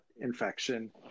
infection